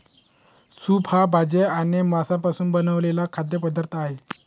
soup हा भाज्या आणि मांसापासून बनवलेला खाद्य पदार्थ आहे